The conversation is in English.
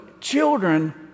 children